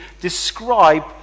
describe